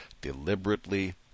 deliberately